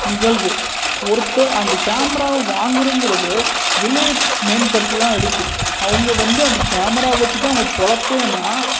நிகழ்வு ஒருத்தர் அந்த கேமராவை வாங்கணுங்குறது விலை மேம்படுத்திதான் இருக்குது அவங்க வந்து அந்த கேமராவை வச்சுதான் அவங்க பிழப்பேனா